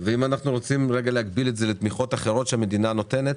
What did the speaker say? ואם אנחנו רוצים להקביל את זה לתמיכות אחרות שהמדינה נותנת